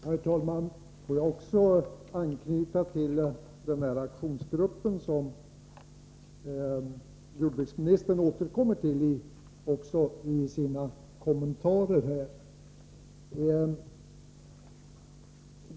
Herr talman! Jag vill också anknyta till aktionsgruppen mot försurning, som jordbruksministern återkommer till även i sina kommentarer.